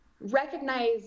recognize